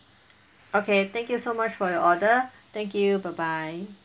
okay thank you so much for your order thank you bye bye